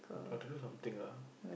have to do something lah